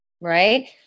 right